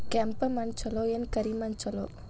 ಕೆಂಪ ಮಣ್ಣ ಛಲೋ ಏನ್ ಕರಿ ಮಣ್ಣ ಛಲೋ?